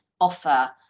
offer